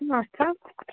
آچھا